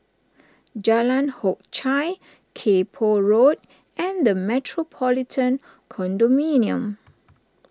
Jalan Hock Chye Kay Poh Road and the Metropolitan Condominium